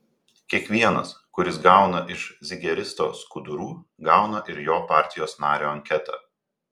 kiekvienas kuris gauna iš zigeristo skudurų gauna ir jo partijos nario anketą